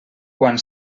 quan